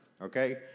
okay